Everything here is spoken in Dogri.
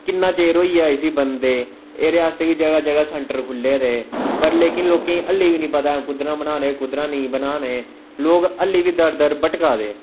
किन्ना चेर होइया इसी बनंदे एह्दे आस्ते जगहा जगहा सेंटर खुल्ले दे लेकिन अल्ले बी लोकें कि नेईं पता ऐ कुदरां बनाने कुदरां नेईं बनाने लोके अल्ली बी दर दर भटका दे